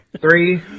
three